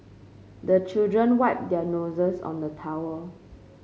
the children wipe their noses on the towel